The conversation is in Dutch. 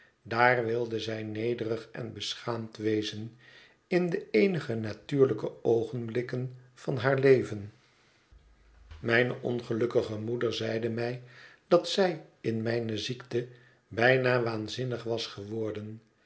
daar wilde zij nederig en beschaamd wezen in de eenige natuurlijke oogenblikken van haar leven mijne ongelukkige moeder zeide mij dat zij in mijne ziekte bijna waanzinnig was geworden